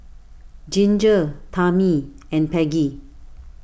Ginger Tami and Peggie